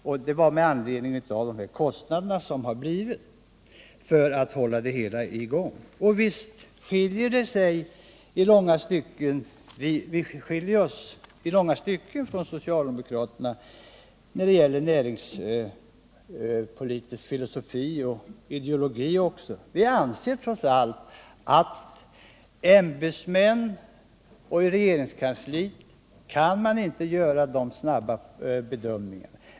Onsdagen den Anledningen till problemen är de höga kostnaderna för att hålla det hela i 10 maj 1978 gäng. Och visst skiljer vi oss i långa stycken från socialdemokraterna när det gäller näringspolitik. filosofi och ideologi. Vi anser trots allt att ämbetsmän och folk i regeringskansliet inte kan göra de snabba bedömningarna.